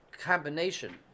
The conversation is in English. combination